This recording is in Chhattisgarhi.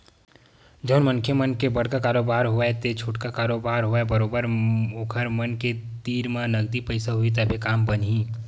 जउन मनखे मन के बड़का कारोबार होवय ते छोटका कारोबार होवय बरोबर ओखर मन के तीर म नगदी पइसा होही तभे काम बनही